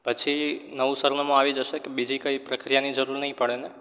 પછી નવું સરનામું આવી જશે કે બીજી કંઈ પ્રક્રિયાની જરૂર નહીં પડે ને